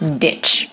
ditch